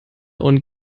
und